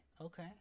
okay